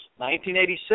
1986